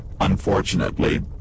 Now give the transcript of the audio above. Unfortunately